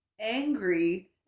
angry